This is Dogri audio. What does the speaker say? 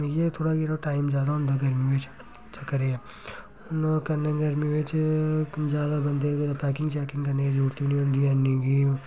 इ'यै थोह्ड़ा जेह्ड़ा टाइम ज्यादा होंदा गर्मियें च चक्कर एह् ऐ हून कन्नै गर्मी बिच्च ज्यादा बंदे ते पैकिंग शैकिंग करने दी जरूरत नी होंदी इन्नी कि